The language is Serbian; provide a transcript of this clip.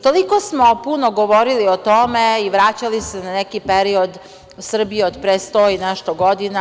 Toliko smo puno govorili o tome i vraćali se na neki period Srbije od pre 100 i nešto godina.